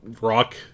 Rock